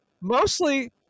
mostly